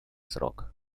срок